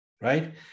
right